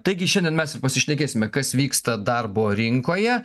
taigi šiandien mes ir pasišnekėsime kas vyksta darbo rinkoje